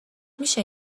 میشه